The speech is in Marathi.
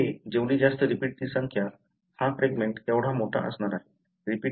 इथे जेवढी जास्त रिपीटची संख्या हा फ्रॅगमेंट तेवढा मोठा असणार आहे